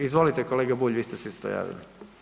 Izvolite kolega Bulj, vi ste se isto javili.